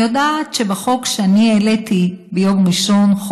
אני יודעת שבחוק שאני העליתי ביום ראשון,